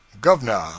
governor